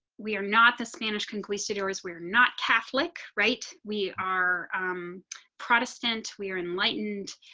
we are not the spanish conquistadores we're not catholic right we are protestant we are enlightened.